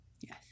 Yes